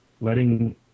letting